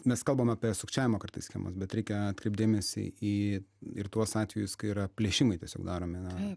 mes kalbam apie sukčiavimo kartais schemas bet reikia atkreipt dėmesį į ir tuos atvejus kai yra plėšimai tiesiog daromi